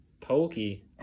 pokey